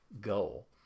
goal